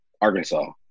arkansas